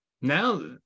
now